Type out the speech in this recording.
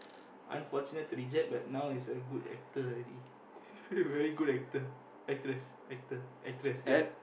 unfortunate to reject but now is a good actor already very good actor actress actor actress ya